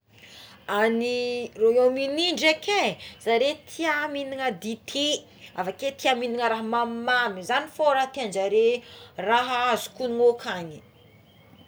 Any Royaume Uni draiky zare tia minana dite avakeo tia minana raha mamimamy zagny fogna raha tianjare é raha azoko hono akagny.